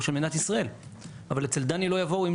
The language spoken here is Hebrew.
של בניין ישובים קהילתיים חזקים בנגב ובגליל.